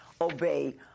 obey